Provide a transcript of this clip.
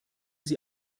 sie